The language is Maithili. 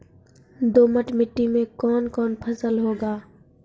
दोमट मिट्टी मे कौन कौन फसल होगा?